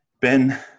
Ben